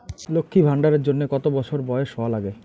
লক্ষী ভান্ডার এর জন্যে কতো বছর বয়স হওয়া লাগে?